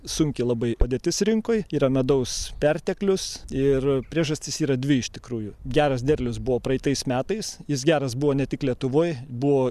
sunki labai padėtis rinkoj yra medaus perteklius ir priežastys yra dvi iš tikrųjų geras derlius buvo praeitais metais jis geras buvo ne tik lietuvoj buvo